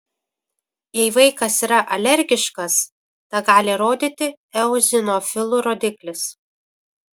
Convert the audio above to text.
jei vaikas yra alergiškas tą gali rodyti eozinofilų rodiklis